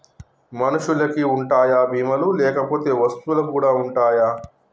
మనుషులకి ఉంటాయా బీమా లు లేకపోతే వస్తువులకు కూడా ఉంటయా?